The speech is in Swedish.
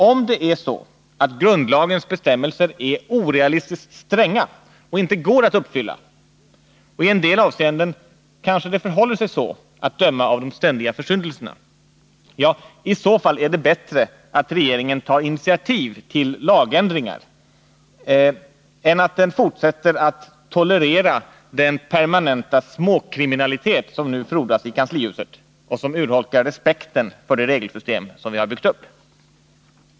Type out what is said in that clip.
Om det är så att grundlagens bestämmelser är orealistiskt stränga och inte går att uppfylla — och i en del avseenden kanske det förhåller sig så, att döma av de ständiga försyndelserna — är det bättre att regeringen tar initiativ till lagändringar än att den fortsätter att tolerera den permanenta småkriminalitet som nu frodas i kanslihuset och som urholkar respekten för det regelsystem som vi har byggt upp.